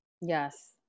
yes